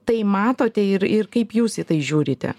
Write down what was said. tai matote ir ir kaip jūs į tai žiūrite